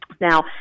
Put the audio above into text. Now